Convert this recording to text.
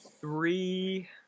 Three